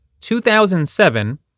2007